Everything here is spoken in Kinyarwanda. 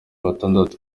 batandatu